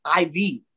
IV